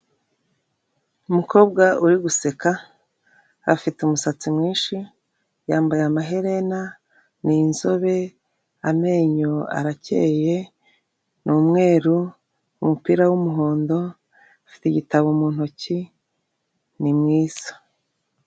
Umukobwa uri guseka, afite umusatsi mwinshi, yambaye amaherena, ni inzobe, amenyo arakeye, ni umweru, umupira w'umuhondo, afite igitabo mu ntoki, ni mwiza.